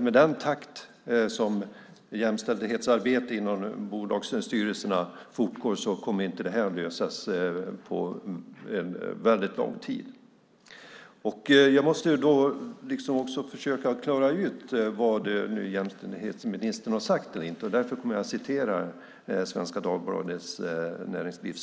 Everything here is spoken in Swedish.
Med den takt som jämställdhetsarbetet fortgår inom bolagsstyrelserna kommer inte det här att lösas på väldigt lång tid. Jag måste också försöka klara ut vad jämställdhetsministern har sagt eller inte, och därför kommer jag att citera Svenska Dagbladet Näringsliv.